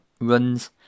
runs